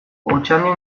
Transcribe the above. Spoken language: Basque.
otxandio